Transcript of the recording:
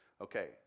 Okay